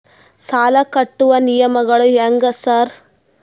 ಸಾಲ ಕಟ್ಟುವ ನಿಯಮಗಳು ಹ್ಯಾಂಗ್ ಸಾರ್?